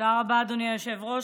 תודה רבה, אדוני היושב-ראש.